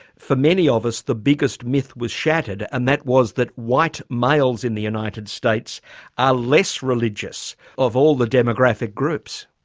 for many of us the biggest myth was shattered and that was that white males in the united states are less religious of all the demographic groups.